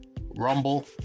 Rumble